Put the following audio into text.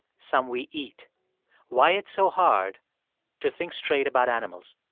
some we eat why it's so hard to think straight about animals.